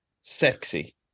sexy